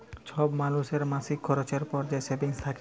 ছব মালুসের মাসিক খরচের পর যে সেভিংস থ্যাকে